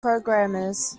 programmers